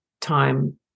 time